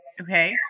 Okay